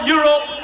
Europe